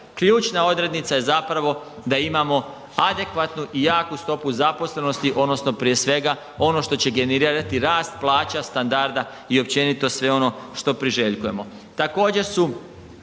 ključna odrednica je zapravo da imamo adekvatnu i jaku stopu zaposlenosti odnosno prije svega ono što će generirati rast plaća, standarda i općenito sve ono što priželjkujemo.